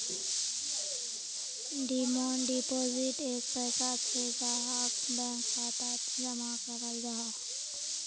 demand deposit एक पैसा छे जहाक बैंक खातात जमा कराल जाहा